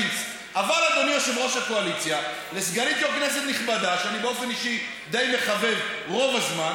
למישהו מהקואליציה על הלבוש שלו.